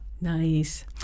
Nice